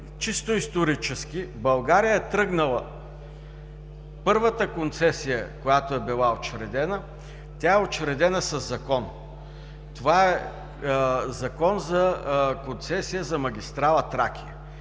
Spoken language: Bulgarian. чисто исторически. България е тръгнала – първата концесия, която е била учредена, е учредена със закон – Закон за концесия за магистрала Тракия.